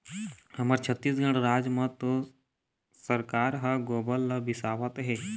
हमर छत्तीसगढ़ राज म तो सरकार ह गोबर ल बिसावत हे